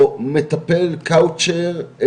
או מטפל, קאוצ'ר,